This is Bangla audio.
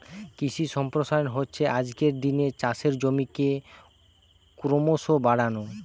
কৃষি সম্প্রসারণ হচ্ছে আজকের দিনে চাষের জমিকে ক্রোমোসো বাড়ানো